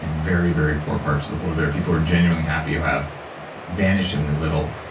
and very, very poor parts of the world, where people are genuinely happy who have vanishingly little,